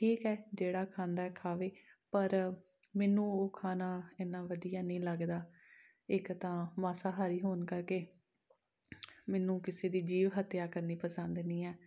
ਠੀਕ ਹੈ ਜਿਹੜਾ ਖਾਂਦਾ ਖਾਵੇ ਪਰ ਮੈਨੂੰ ਉਹ ਖਾਣਾ ਇੰਨਾਂ ਵਧੀਆ ਨਹੀਂ ਲੱਗਦਾ ਇੱਕ ਤਾਂ ਮਾਸਾਹਾਰੀ ਹੋਣ ਕਰਕੇ ਮੈਨੂੰ ਕਿਸੇ ਦੀ ਜੀਵ ਹੱਤਿਆ ਕਰਨੀ ਪਸੰਦ ਨਹੀਂ ਹੈ